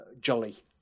Jolly